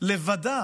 לבדה